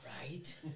Right